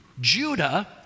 Judah